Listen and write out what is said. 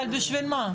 אבל בשביל מה?